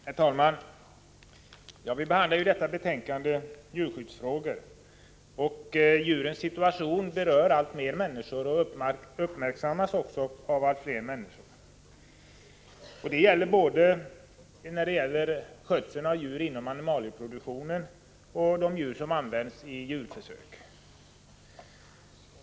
Herr talman! Vi behandlar ju i detta betänkande djurskyddsfrågor. Djurens situation berör allt fler människor och uppmärksammas också av allt fler människor. Det gäller både skötseln av djur inom animalieproduktionen och behandlingen av djur som används i djurförsök.